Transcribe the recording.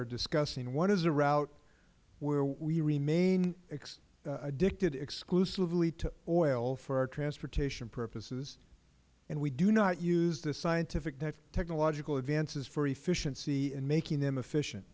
are discussing one is a route where we remain addicted exclusively to oil for our transportation purposes and we do not use the scientific technological advances for efficiency in making them efficient